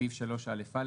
בסעיף 3א(א),